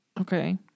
Okay